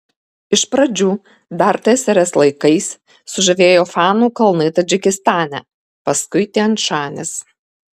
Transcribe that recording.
iš pradžių dar tsrs laikais sužavėjo fanų kalnai tadžikistane paskui tian šanis